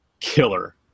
killer